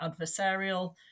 adversarial